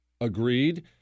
Agreed